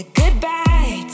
goodbye